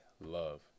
love